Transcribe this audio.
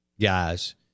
guys